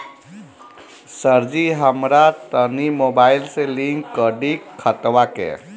सरजी हमरा तनी मोबाइल से लिंक कदी खतबा के